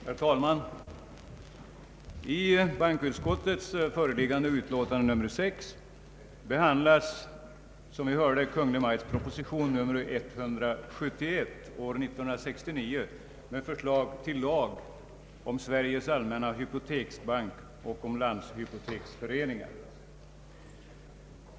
Herr talman! I bankoutskottets föreliggande utlåtande nr 6 behandlas Kungl. Maj:ts proposition 171/1969 med förslag till lag om Sveriges allmänna hypoteksbank och om landshypoteksföreningar.